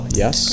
yes